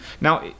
Now